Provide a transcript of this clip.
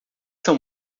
são